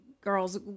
girl's